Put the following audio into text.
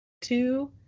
two